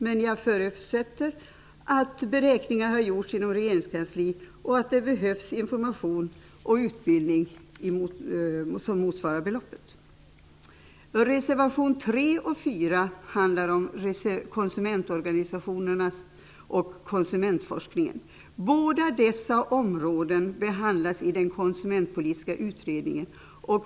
Men jag förutsätter att beräkningar har gjorts inom regeringskansliet och att det behövs information och utbildning motsvarande nämnda belopp. Reservationerna 3 och 4 handlar om konsumentorganisationerna och konsumentforskningen. Båda dessa områden behandlas i den konsumentpolitiska utredningen.